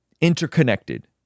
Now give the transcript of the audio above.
interconnected